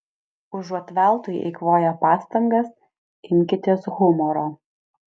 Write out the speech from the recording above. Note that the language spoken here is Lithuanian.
užuot veltui eikvoję pastangas imkitės humoro